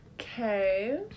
Okay